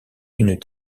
une